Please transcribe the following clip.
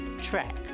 track